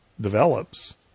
develops